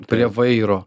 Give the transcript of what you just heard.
prie vairo